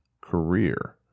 career